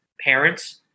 parents